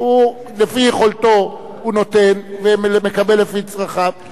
לפי יכולתו הוא נותן, ומקבל לפי צרכיו.